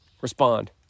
respond